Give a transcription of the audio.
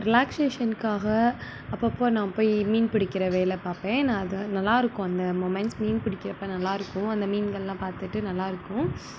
ரிலாக்ஸேஷன்க்காக அப்பப்போ நான் போய் மீன் பிடிக்கிற வேலை பார்ப்பேன் நான் அது நல்லா இருக்கும் அந்த முமெண்ட்ஸ் மீன் பிடிக்கிறப்ப நல்லா இருக்கும் அந்த மீன்கள்லாம் பார்த்துட்டு நல்லா இருக்கும்